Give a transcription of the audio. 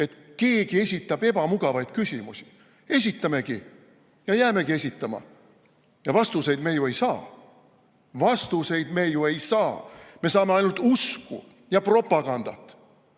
et keegi esitab ebamugavaid küsimusi. Esitamegi. Ja jäämegi esitama. Vastuseid me ju ei saa. Vastuseid me ju ei saa! Me saame ainult usku ja propagandat. Ja